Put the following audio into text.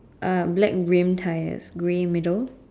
uh black rim tyres grey middle